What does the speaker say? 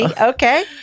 Okay